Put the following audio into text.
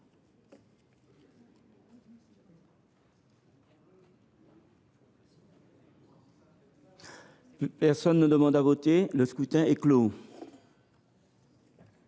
Personne ne demande plus à voter ?… Le scrutin est clos.